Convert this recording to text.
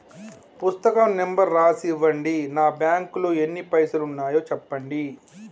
పుస్తకం నెంబరు రాసి ఇవ్వండి? నా బ్యాంకు లో ఎన్ని పైసలు ఉన్నాయో చెప్పండి?